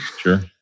Sure